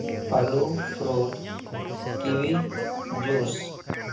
ᱟᱞᱩ fruit kiwi juice